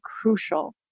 crucial